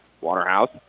Waterhouse